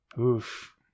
Oof